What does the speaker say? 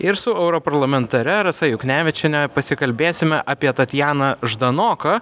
ir su europarlamentare rasa juknevičiene pasikalbėsime apie tatjaną ždanoką